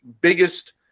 biggest